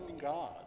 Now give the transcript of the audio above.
God